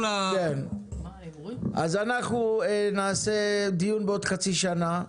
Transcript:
אנחנו נעשה דיון בעוד חצי שנה.